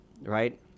right